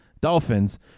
Dolphins